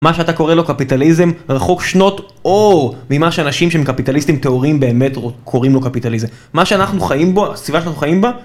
מה שאתה קורא לו קפיטליזם, רחוק שנות אור ממה שאנשים שהם קפיטליסטים תיאוריים באמת קוראים לו קפיטליזם. מה שאנחנו חיים בו, הסביבה שאנחנו חיים בה...